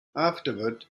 afterward